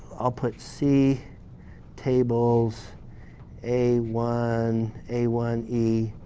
i'll put see tables a one, a one e,